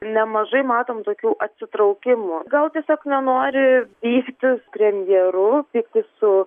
nemažai matom tokių atsitraukimų gal tiesiog nenori keistis premjeru pyktis su